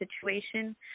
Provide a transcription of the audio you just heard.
situation